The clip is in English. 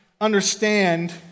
understand